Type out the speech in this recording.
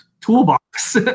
toolbox